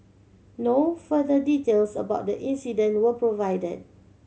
no further details about the incident were provide